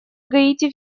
гаити